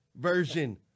version